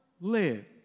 live